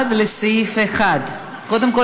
1 לסעיף 1. קודם כול,